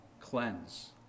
cleanse